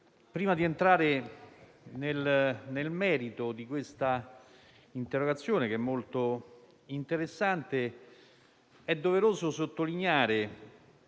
prima di entrare nel merito dell'interrogazione, molto interessante, è doveroso sottolineare